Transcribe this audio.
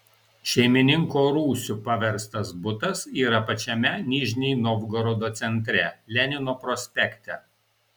šeimininko rūsiu paverstas butas yra pačiame nižnij novgorodo centre lenino prospekte